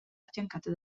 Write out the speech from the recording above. affiancato